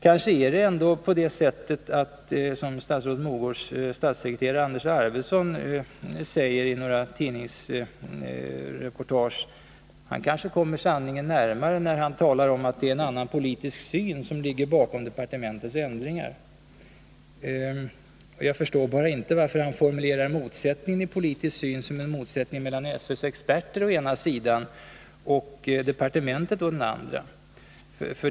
Kanske är det ändå som statsrådet Mogårds statssekreterare Anders Arfwedson säger i några tidningsreportage. Han kanske kommer sanningen närmare när han talar om att det är en annan politisk syn som ligger bakom departementets ändringar. Jag förstår bara inte varför han formulerar motsättningen i politisk syn som en motsättning mellan SÖ:s experter å ena sidan och departementet å den andra.